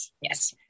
Yes